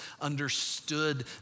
understood